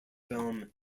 film